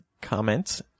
comment